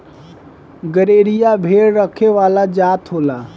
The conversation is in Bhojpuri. गरेरिया भेड़ रखे वाला जात होला